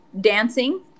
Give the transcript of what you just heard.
dancing